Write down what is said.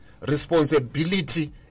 Responsibility